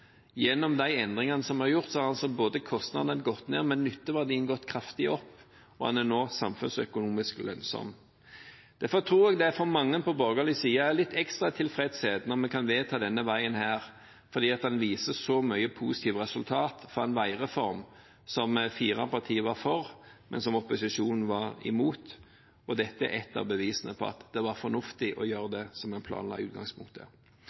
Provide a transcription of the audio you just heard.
Gjennom de endringene som vi har gjort, har altså både kostnadene gått ned og nytteverdien gått kraftig opp, og den er nå samfunnsøkonomisk lønnsom. Derfor tror jeg det for mange på borgerlig side gir litt ekstra tilfredshet når vi kan vedta denne veien, for den viser så mange positive resultater av en veireform som fire partier var for, men som opposisjonen var imot. Dette er ett av bevisene på at det var fornuftig å gjøre det vi planla i utgangspunktet.